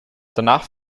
danach